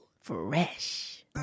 Fresh